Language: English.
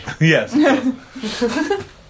Yes